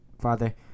father